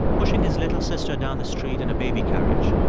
pushing his little sister down the street in a baby carriage.